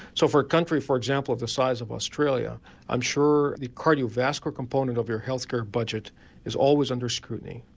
so for a country for example of the size of australia i'm sure the cardiovascular component of your health care budget is always under scrutiny.